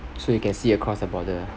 so you can see across the border ah